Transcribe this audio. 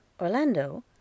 Orlando